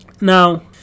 Now